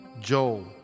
joel